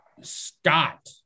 Scott